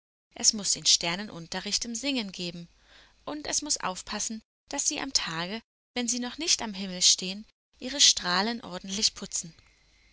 es muß den sternen unterricht im singen geben und es muß aufpassen daß sie am tage wenn sie noch nicht am himmel stehen ihre strahlen ordentlich putzen